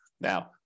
Now